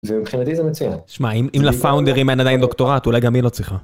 זה מבחינתי זה מצוין. שמע, אם לפאונדרים אין עדיין דוקטורט, אולי גם היא לא צריכה.